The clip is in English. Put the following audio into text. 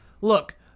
look